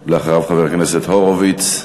ואחריו, חבר הכנסת הורוביץ.